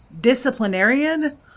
disciplinarian